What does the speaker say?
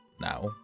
Now